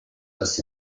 las